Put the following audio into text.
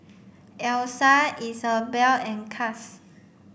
Elsa Isabel and Cass